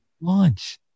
launch